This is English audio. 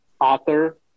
author